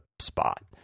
spot